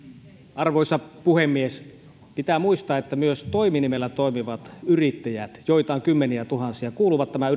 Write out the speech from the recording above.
arvoisa puhemies pitää muistaa että myös toiminimellä toimivat yrittäjät joita on kymmeniätuhansia kuuluvat tämän